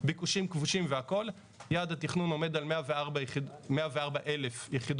אמר פה חיים ביבס: בפריפריה 50% בני המקום.